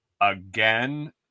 again